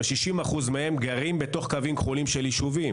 60% גרים בתוך קווים כחולים של יישובים.